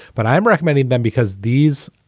but i'm recommending them because these,